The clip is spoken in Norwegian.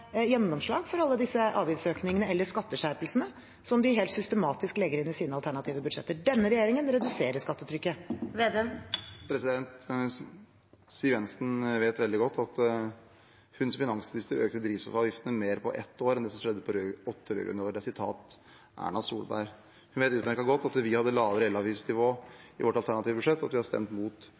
gjennomslag for alle disse avgiftsøkningene eller skatteskjerpelsene, som de helt systematisk legger inn i sine alternative budsjetter. Denne regjeringen reduserer skattetrykket. Siv Jensen vet veldig godt at hun som finansminister har økt drivstoffavgiftene mer på ett år enn det som skjedde i åtte rød-grønne år – det er uttalt av Erna Solberg. Hun vet utmerket godt at vi hadde lavere elavgiftsnivå i vårt alternative budsjett, og at vi har stemt